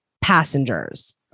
passengers